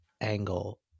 angle